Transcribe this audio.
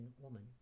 woman